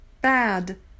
Bad